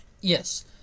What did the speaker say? Yes